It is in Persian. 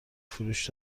فروش